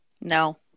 No